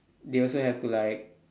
they also have to like